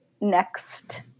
next